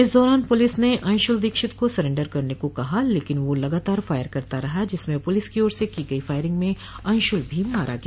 इस दौरान पुलिस ने अंशुल दीक्षित को सरेन्डर करने को कहा लेकिन वह लगातार फायर करता रहा जिसमें पुलिस की ओर से की गई फायरिंग में अंशुल भी मारा गया